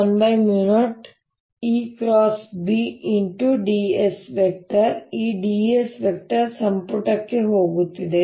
dS ಈ dS ಸಂಪುಟಕ್ಕೆ ಹೋಗುತ್ತಿದೆ